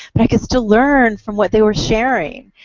but i could still learn from what they were sharing.